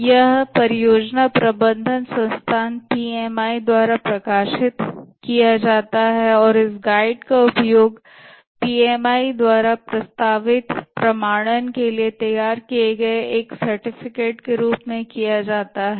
यह परियोजना प्रबंधन संस्थान पीएमआई द्वारा प्रकाशित किया जाता है और इस गाइड का उपयोग पीएमआई द्वारा प्रस्तावित प्रमाणन के लिए तैयार करने के लिए एक सर्टिफिकेट के रूप में किया जाता है